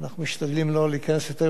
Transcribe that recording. על מנת לא לפגוע בחקירה.